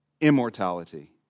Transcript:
immortality